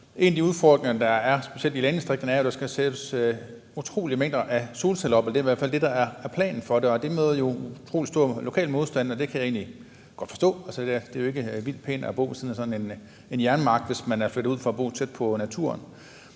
en af de udfordringer, der er, specielt i landdistrikterne, er, at der skal sættes utrolige mængder af solceller op; det er i hvert fald det, der er planen. Det møder jo utrolig stor lokal modstand, og det kan jeg egentlig godt forstå. Altså, det er jo ikke vildt pænt at bo ved siden af sådan en jernmark, hvis man er flyttet ud for at bo tæt på naturen.